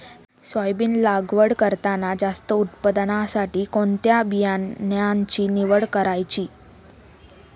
Soybean लागवड करताना जास्त उत्पादनासाठी कोणत्या बियाण्याची निवड करायची?